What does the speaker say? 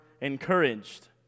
encouraged